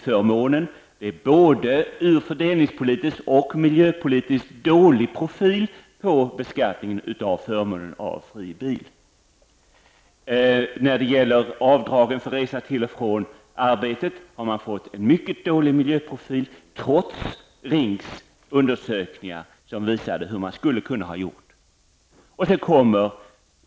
Det är en både fördelningspolitiskt och miljöpolitiskt dålig profil på beskattningen av förmånen av fri bil. När det gäller avdragen för resor till och från arbetet har man fått en mycket dålig miljöprofil, trots RINKS undersökningar som visar hur man skulle kunna göra.